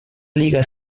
liga